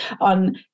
on